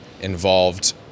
involved